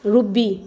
Ruby